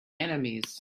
enemies